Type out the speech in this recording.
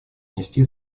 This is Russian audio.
внести